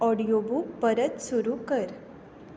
audiobook परत सुरू कर